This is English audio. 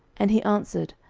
and he answered,